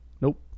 nope